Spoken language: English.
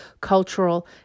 cultural